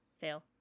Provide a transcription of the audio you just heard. Fail